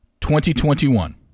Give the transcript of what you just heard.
2021